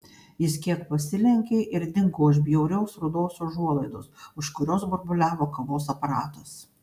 jis kiek pasilenkė ir dingo už bjaurios rudos užuolaidos už kurios burbuliavo kavos aparatas